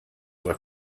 were